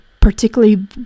particularly